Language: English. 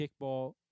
kickball